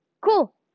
cool